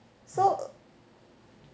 so